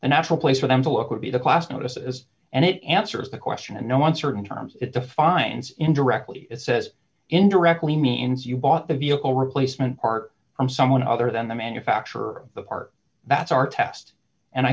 awful place for them to look would be the class notices and it answers the question and no one certain terms it defines indirectly it says indirectly means you bought the vehicle replacement part from someone other than the manufacturer or the part that's our test and i